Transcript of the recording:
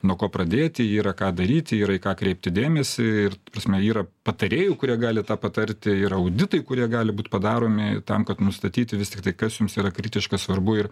nuo ko pradėti yra ką daryti yra į ką kreipti dėmesį ir ta prasme yra patarėjų kurie gali tą patarti ir auditai kurie gali būt padaromi tam kad nustatyti vis tiktai kas jums yra kritiškai svarbu ir